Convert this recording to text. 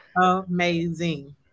amazing